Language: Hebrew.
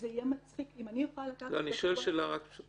זה יהיה מצחיק אם אני יכולה להביא בחשבון --- אני רק שואל שאלה פשוטה.